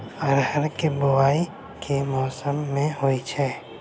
अरहर केँ बोवायी केँ मौसम मे होइ छैय?